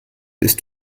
ist